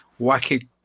wacky